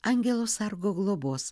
angelo sargo globos